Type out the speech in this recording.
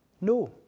No